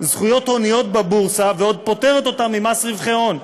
זכויות הוניות בבורסה ועוד פוטרת אותם ממס רווחי הון.